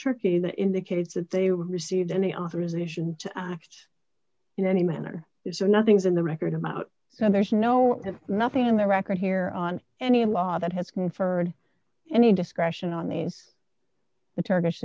turkey that indicates that they received any authorization to act in any manner so nothing's in the record about that there's no nothing in the record here on any law that has conferred any discretion on the the turkish